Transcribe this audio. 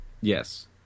Yes